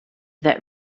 that